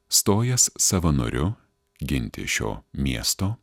stojęs savanoriu ginti šio miesto